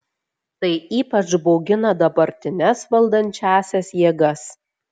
tai ypač baugina dabartines valdančiąsias jėgas